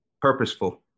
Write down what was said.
purposeful